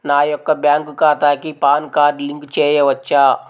నా యొక్క బ్యాంక్ ఖాతాకి పాన్ కార్డ్ లింక్ చేయవచ్చా?